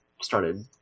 started